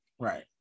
Right